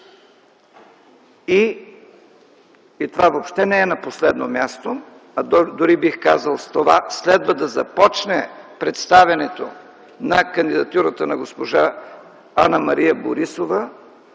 И това въобще не е на последно място, дори бих казал – с това следва да започне представянето на кандидатурата на госпожа Анна - Мария Борисова.